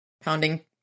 pounding